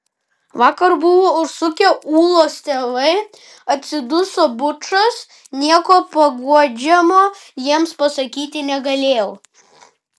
vakar buvo užsukę ūlos tėvai atsiduso bučas nieko paguodžiamo jiems pasakyti negalėjau